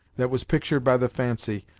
that was pictured by the fancy,